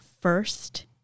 first